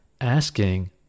asking